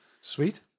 Sweet